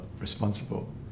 responsible